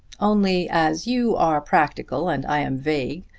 only as you are practical and i am vague,